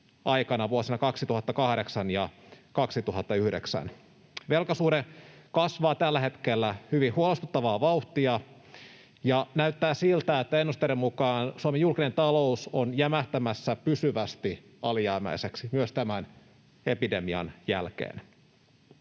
aikana vuosina 2008 ja 2009. Velkasuhde kasvaa tällä hetkellä hyvin huolestuttavaa vauhtia, ja näyttää siltä, että ennusteiden mukaan Suomen julkinen talous on jämähtämässä pysyvästi alijäämäiseksi myös tämän epidemian jälkeen.